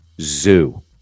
Zoo